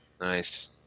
Nice